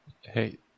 Hey